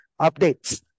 Updates